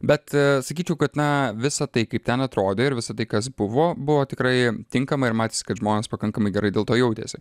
bet sakyčiau kad na visa tai kaip ten atrodė ir visa tai kas buvo buvo tikrai tinkama ir matėsi kad žmonės pakankamai gerai dėl to jautėsi